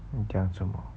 讲什么